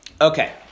Okay